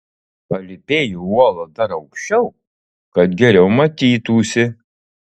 palypėju uola dar aukščiau kad geriau matytųsi